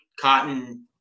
cotton